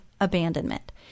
abandonment